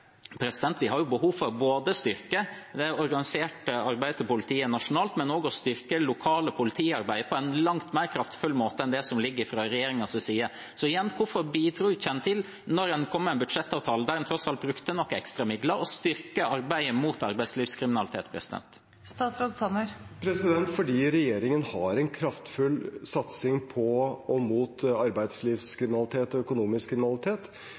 har vi behov for både å styrke det organiserte arbeidet til politiet nasjonalt og å styrke det lokale politiarbeidet på en langt mer kraftfull måte enn det som ligger fra regjeringens side. Så igjen: Hvorfor bidro en ikke til, når en kom med en budsjettavtale der en tross alt brukte noen ekstra midler, å styrke arbeidet mot arbeidslivskriminalitet? Fordi regjeringen har en kraftfull satsing på og mot arbeidslivskriminalitet og økonomisk kriminalitet.